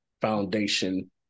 Foundation